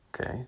okay